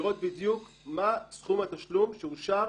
ולראות בדיוק מה סכום התשלום שאושר